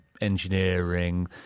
engineering